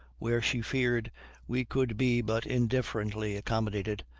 where she feared we could be but indifferently accommodated,